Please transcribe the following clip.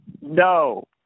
No